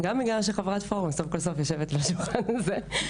וגם בגלל שחברת פורום סוף כל סוף יושבת בשולחן הזה.